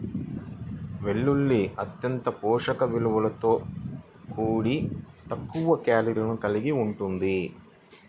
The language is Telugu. వెల్లుల్లి అత్యంత పోషక విలువలతో కూడి తక్కువ కేలరీలను కలిగి ఉంటుంది